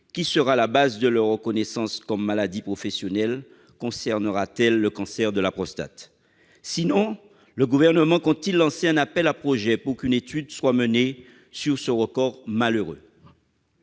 qui sera la base de leur reconnaissance comme maladies professionnelles, concernera-t-elle le cancer de la prostate ? Dans le cas contraire, le Gouvernement compte-t-il lancer un appel à projets pour qu'une étude soit menée sur ce record malheureux ?